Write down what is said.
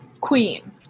Queen